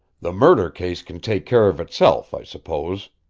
the murder case can take care of itself, i suppose.